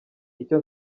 icyo